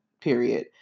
period